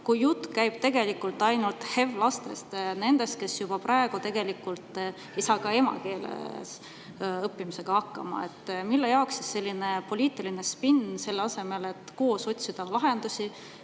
Aga jutt käib tegelikult ainult HEV‑lastest, nendest, kes tegelikult ei saa ka emakeeles õppimisega hakkama. Mille jaoks selline poliitiline spinn, selle asemel et koos otsida lahendust